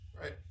Right